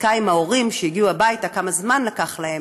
בדקה עם ההורים שהגיעו הביתה כמה זמן לקח להם.